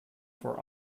for